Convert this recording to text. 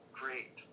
great